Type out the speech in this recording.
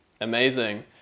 Amazing